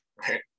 Right